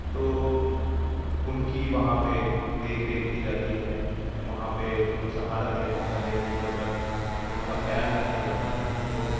تو ان کی وہاں پہ دیکھ ریکھ کی جاتی ہے وہاں پہ ان کو سہارا دیا جاتا ہے ایک عمر تک ان کا خیال رکھا جاتا ہے تو